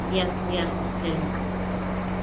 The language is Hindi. यस यस दे देंगे